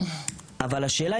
אבל השאלה,